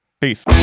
peace